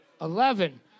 Eleven